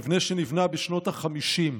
מבנה שנבנה בשנות החמישים.